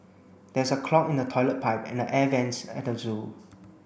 there is a clog in the toilet pipe and the air vents at the zoo